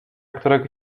którego